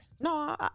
No